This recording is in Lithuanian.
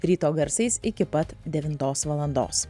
ryto garsais iki pat devintos valandos